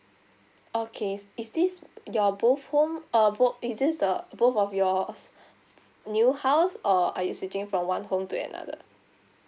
okay is this your both home or both is this the both of your new house or are you switching from one home to another